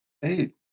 Hey